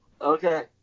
Okay